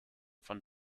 von